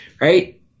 right